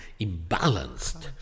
imbalanced